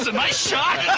ah nice shot.